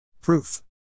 Proof